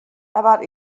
about